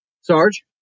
Sarge